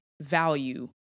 value